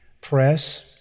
Press